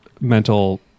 mental